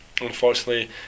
unfortunately